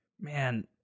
man